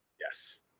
yes